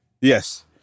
Yes